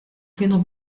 kienu